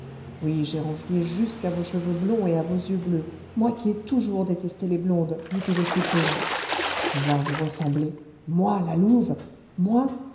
oui j'ai envié jusqu'à vos cheveux blonds et à vos yeux bleus moi qui ai toujours détesté les blondes vu que je suis brune vouloir vous ressembler moi la louve moi